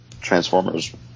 Transformers